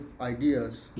ideas